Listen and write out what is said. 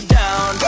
down